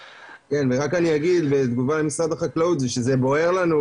ורק אני אגיד בתגובה למשרד החקלאות זה שזה בוער לנו,